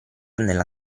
nella